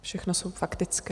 Všechno jsou faktické.